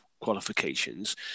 qualifications